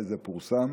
וזה פורסם.